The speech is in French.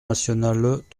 nationale